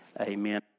Amen